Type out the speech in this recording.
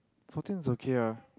fourteen is okay ah